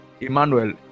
Emmanuel